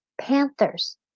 Panthers